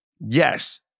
yes